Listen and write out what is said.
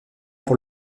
pour